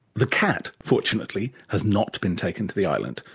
the cat, fortunately, has not been taken to the island,